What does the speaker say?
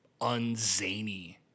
unzany